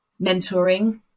mentoring